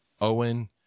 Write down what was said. Owen